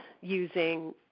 Using